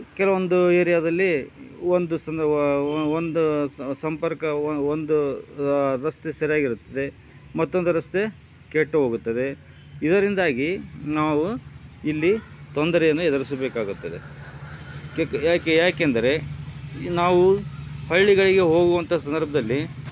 ಕೆಲವೊಂದು ಏರಿಯಾದಲ್ಲಿ ಒಂದು ಸಂದವಾ ಒಂದು ಸಂಪರ್ಕ ಒಂದು ರಸ್ತೆ ಸರಿಯಾಗಿರುತ್ತದೆ ಮತ್ತೊಂದು ರಸ್ತೆ ಕೆಟ್ಟು ಹೋಗುತ್ತದೆ ಇದರಿಂದಾಗಿ ನಾವು ಇಲ್ಲಿ ತೊಂದರೆಯನ್ನು ಎದುರಿಸಬೇಕಾಗುತ್ತದೆ ಯಾಕೆ ಯಾಕೆಂದರೆ ನಾವು ಹಳ್ಳಿಗಳಿಗೆ ಹೋಗುವಂಥ ಸಂದರ್ಭದಲ್ಲಿ